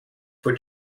but